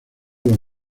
los